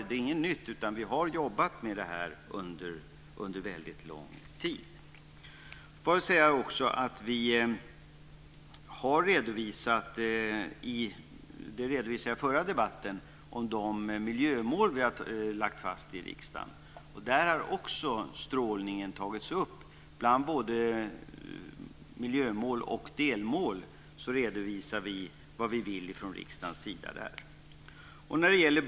Det är inget nytt utan vi har jobbat med det här under väldigt lång tid. Jag vill också säga att vi har redovisat - det redogjorde jag för i förra debatten - de miljömål som vi har lagt fast i riksdagen. Där har också strålningen tagits upp. Bland både miljömål och delmål redovisar vi vad vi vill från riksdagens sida.